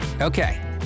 Okay